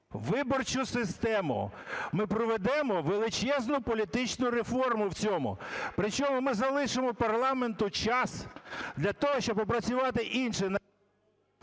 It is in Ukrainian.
виборчу систему, ми проведемо величезну політичну реформу в цьому. Причому ми залишимо парламенту час для того, щоб опрацювати інше…